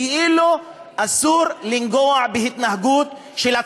כאילו אסור לנגוע בהתנהגות של הצבא,